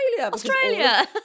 Australia